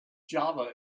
java